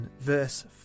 verse